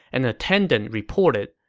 an attendant reported,